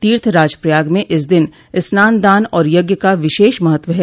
तीर्थ राज प्रयाग में इस दिन स्नान दान और यज्ञ का विशेष महत्व है